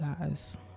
guys